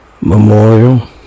memorial